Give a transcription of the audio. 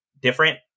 different